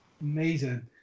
amazing